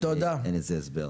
אין לזה הסבר.